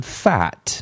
fat